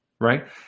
right